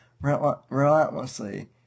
relentlessly